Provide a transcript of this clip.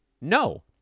no